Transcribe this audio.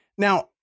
Now